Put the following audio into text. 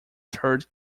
third